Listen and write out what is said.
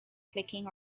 clicking